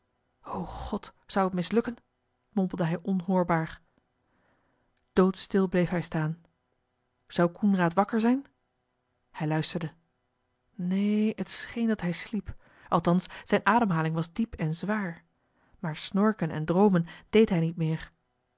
o god zou het mislukken mompelde hij onhoorbaar doodstil bleef hij staan zou coenraad wakker zijn hij luisterde neen het scheen dat hij sliep althans zijne ademhaling was diep en zwaar maar snorken en droomen deed hij niet meer